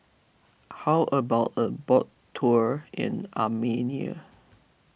how about a boat tour in Armenia